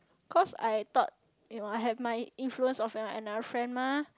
cause I thought you know I have my influence of my another friend mah